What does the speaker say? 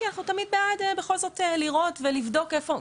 כי אנחנו תמיד בעד בכל זאת לראות ולבדוק איפה,